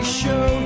show